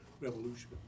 revolution